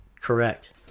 correct